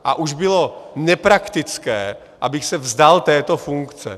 A už bylo nepraktické, abych se vzdal této funkce.